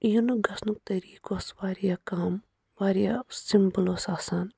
یِنہٕ گَژھنُک طریٖقہٕ اوس واریاہ کَم واریاہ اوس سِمپُل اوس آسان